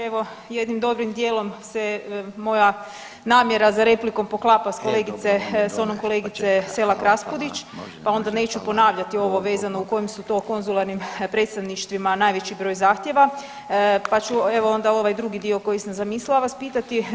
Evo jednim dobrim dijelom se moja namjera za replikom poklapa s onom kolegice Selak Raspudić pa onda neću ponavljati ovo vezano u kojim su to konzularnim predstavništvima najveći broj zahtjeva pa ću evo onda ovaj drugi dio koji sam zamislila vas pitati.